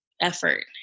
effort